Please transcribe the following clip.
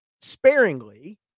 sparingly